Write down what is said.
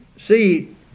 See